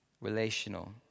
relational